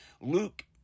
Luke